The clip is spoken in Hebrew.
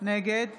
נגד